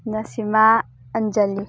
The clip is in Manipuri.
ꯅꯁꯤꯃꯥ ꯑꯟꯖꯂꯤ